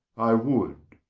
i would,